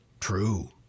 True